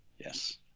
yes